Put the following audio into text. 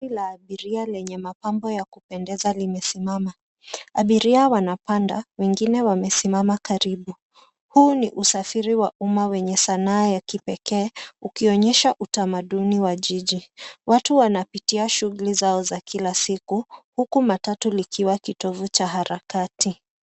Gari la abiria lenye mapambo ya kupendeza limesimama. Abiria wanapanda wengine wamesimama karibu. Huu ni usafiri wa uma wenye sanaa ya kipekee ukionyesha utamaduni wa jiji. Watu wanapitia shughuli zao za kila siku huku matatu likiwa kitovo cha harakati.